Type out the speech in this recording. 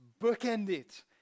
bookended